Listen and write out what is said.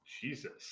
Jesus